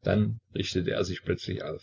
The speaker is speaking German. dann richtete er sich plötzlich auf